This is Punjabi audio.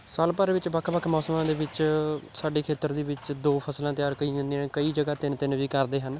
ਸਾਲ ਭਰ ਵਿੱਚ ਵੱਖ ਵੱਖ ਮੌਸਮਾਂ ਦੇ ਵਿੱਚ ਸਾਡੇ ਖੇਤਰ ਦੇ ਵਿੱਚ ਦੋ ਫਸਲਾਂ ਤਿਆਰ ਕਰੀਆਂ ਜਾਂਦੀਆਂ ਨੇ ਕਈ ਜਗ੍ਹਾ ਤਿੰਨ ਤਿੰਨ ਵੀ ਕਰਦੇ ਹਨ